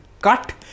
cut